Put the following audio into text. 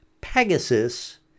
Pegasus